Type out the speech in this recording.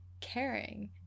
Caring